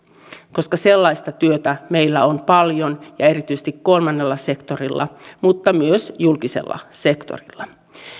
koska sellaista työtä meillä on paljon ja erityisesti kolmannella sektorilla mutta myös julkisella sektorilla